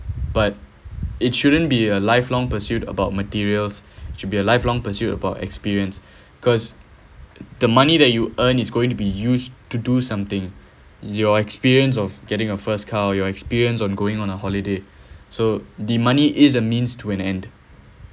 but it shouldn't be a lifelong pursuit about materials should be a lifelong pursuit about experience because the money that you earn is going to be used to do something your experience of getting a first car your experience on going on a holiday so the money is a means to an end